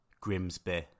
Grimsby